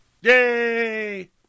Yay